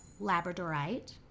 Labradorite